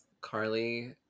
Carly